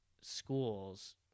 schools